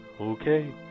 Okay